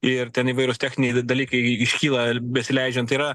ir ten įvairūs techniniai dalykai iškyla besileidžiant tai yra